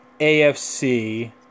AFC